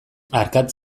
arkatz